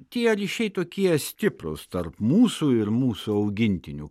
tie ryšiai tokie stiprūs tarp mūsų ir mūsų augintinių